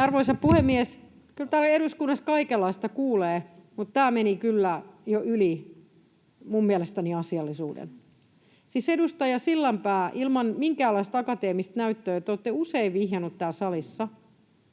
Arvoisa puhemies! Kyllä täällä eduskunnassa kaikenlaista kuulee, mutta tämä meni kyllä minun mielestäni jo yli asiallisuuden. Siis, edustaja Sillanpää, ilman minkäänlaista akateemista näyttöä te olette usein vihjannut tästä täällä salissa.